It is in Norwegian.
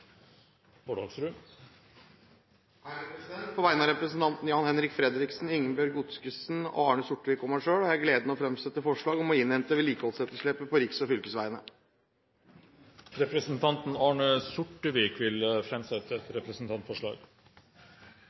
et representantforslag. På vegne av representantene Jan-Henrik Fredriksen, Ingebjørg Godskesen, Arne Sortevik og meg selv har jeg gleden av å fremsette forslag om å innhente vedlikeholdsetterslepet på riks- og fylkesveiene. Representanten Arne Sortevik vil framsette et representantforslag.